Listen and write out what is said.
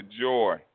joy